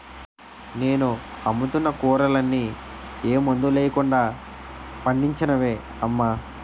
నేను అమ్ముతున్న కూరలన్నీ ఏ మందులెయ్యకుండా పండించినవే అమ్మా